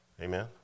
Amen